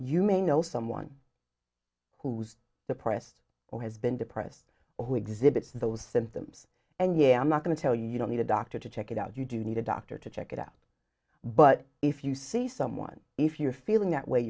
you may know someone who's the press or has been depressed who exhibits those symptoms and yeah i'm not going to tell you you don't need a doctor to check it out you do need a doctor to check it out but if you see someone if you're feeling that way